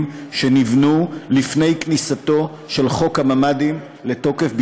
שנבנו לפני כניסתו של חוק הממ"דים לתוקף,